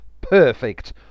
Perfect